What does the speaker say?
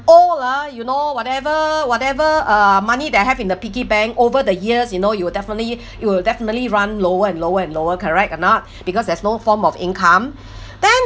old ah you know whatever whatever uh money that I have in the piggy bank over the years you know it will definitely it will definitely run lower and lower and lower correct or not because there's no form of income then